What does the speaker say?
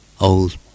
Old